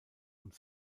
und